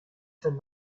from